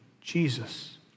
Jesus